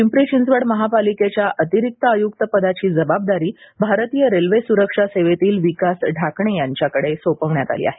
पिंपरी चिंचवड महापालिकेच्या अतिरिक्त आयुक्तपदाची जबाबदारी भारतीय रेल्वे सुरक्षा सेवेतील विकास ढाकणे यांच्याकडे सोपवण्यात आली आहे